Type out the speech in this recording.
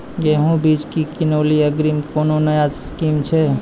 गेहूँ बीज की किनैली अग्रिम कोनो नया स्कीम छ?